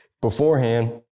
beforehand